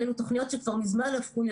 של